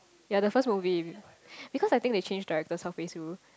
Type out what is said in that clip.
ya the first movie because I think they changed directors halfway through